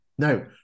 No